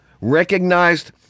recognized